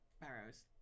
Barrows